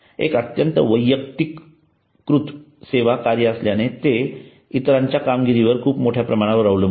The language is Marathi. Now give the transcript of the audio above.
एक अत्यंत वैयक्तिकृत सेवा कार्य असल्याने ते इतरांच्या कामगिरीवर खूप मोठ्या प्रमाणात अवलंबून आहे